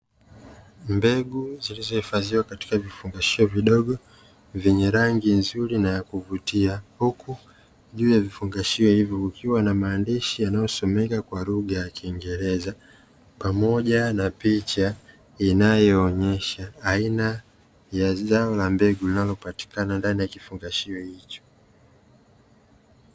Mbegu zilizohifadhiwa katika vifungashio vidogo, vyenye rangi nzuri na ya kuvutia, huku juu ya vifungashio hivyo kukiwa na maandishi yanayosomeka kwa lugha ya Kiingereza, pamoja na picha inayoonyesha aina ya zao la mbegu linalopatikana ndani ya kifugashio hicho.